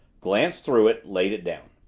glanced through it, laid it down.